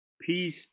Peace